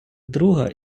друга